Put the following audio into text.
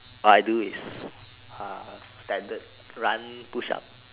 what I do is a standard run push up